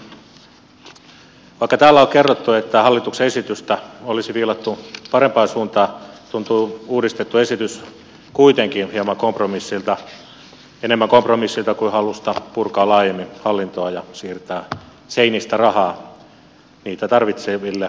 vaikka täällä on kerrottu että hallituksen esitystä olisi viilattu parempaan suuntaan tuntuu uudistettu esitys kuitenkin hieman kompromissilta enemmän kompromissilta kuin halulta purkaa laajemmin hallintoa ja siirtää seinistä rahaa sitä tarvitseville eli taiteilijoille